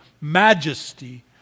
majesty